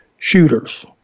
Shooters